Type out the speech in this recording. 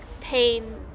pain